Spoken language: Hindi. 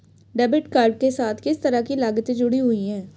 डेबिट कार्ड के साथ किस तरह की लागतें जुड़ी हुई हैं?